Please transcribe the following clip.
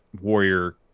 warrior